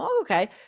okay